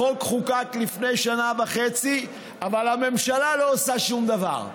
החוק חוקק לפני שנה וחצי אבל הממשלה לא עושה שום דבר,